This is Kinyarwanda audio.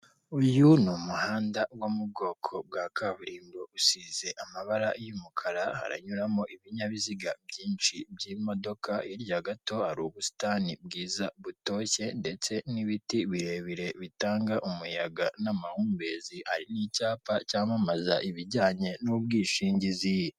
Uyu ni umuhanda wo mu bwoko bwa kaburimbo usize amabara y'umukara haranyuramo ibintabiziga byinshi by'imodoka hirya gato hari ubusitani bwiza butoshye ndetse n'ibiti birebire bitanga umuyaga n'amahumbezi, hari n'icyapa cyamamaza ibijyanye n'ubwishingizi.